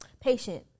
Patient